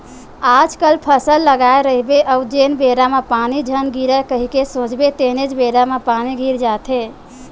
आजकल फसल लगाए रहिबे अउ जेन बेरा म पानी झन गिरय कही के सोचबे तेनेच बेरा म पानी गिर जाथे